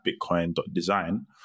bitcoin.design